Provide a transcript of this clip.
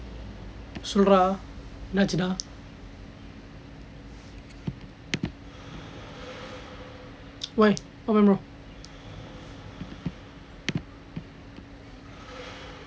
சொல்லு:sollu dah என்ன ஆச்சு:enna achu dah why I don't know